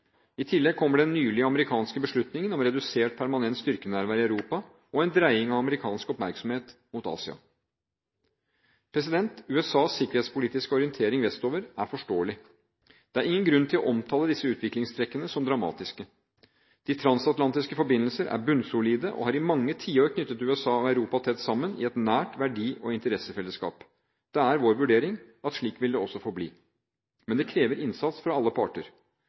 i NATO. I tillegg kommer den nylige amerikanske beslutningen om redusert permanent styrkenærvær i Europa og dreining av amerikansk oppmerksomhet mot Asia. USAs sikkerhetspolitiske orientering vestover er forståelig. Det er ingen grunn til å omtale disse utviklingstrekkene som dramatiske. De transatlantiske forbindelser er bunnsolide og har i mange tiår knyttet USA og Europa tett sammen i et nært verdi- og interessefellesskap. Det er vår vurdering at slik vil det også forbli. Men det krever innsats fra alle parter.